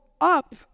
up